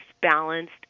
balanced